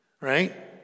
right